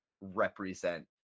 represent